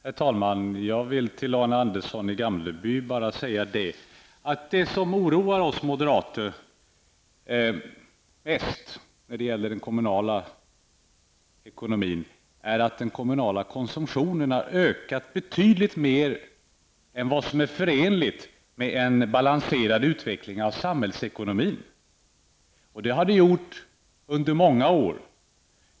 Herr talman! Jag vill till Arne Andersson i Gamleby bara säga att det som oroar oss moderater mest när det gäller den kommunala ekonomin är att den kommunala konsumtionen har ökat betydligt mer än vad som är förenligt med en balanserad utveckling av samhällsekonomin. Den utvecklingen har pågått under många år.